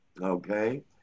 Okay